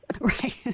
Right